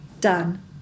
done